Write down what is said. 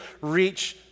reach